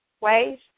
ways